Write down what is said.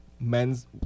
men's